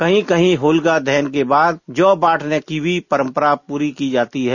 कहीं कहीं होलिका दहन के बाद जौ बांटने की भी परंपरा पूरी की जाती है